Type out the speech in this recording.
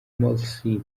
morsi